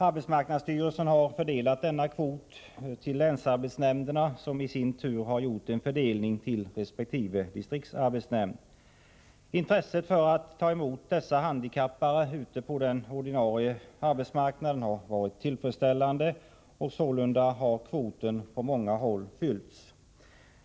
Arbetsmarknadsstyrelsen har fördelat denna kvot till länsarbetsnämnderna, som i sin tur har gjort en fördelning till resp. distriktsarbetsnämnd. Intresset för att ta emot dessa handikappade ute på den ordinarie arbetsmarknaden har varit tillfredsställande, och kvoten har på många håll fyllts.